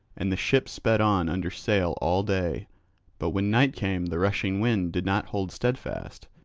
and the ship sped on under sail all day but when night came the rushing wind did not hold steadfast,